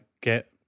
get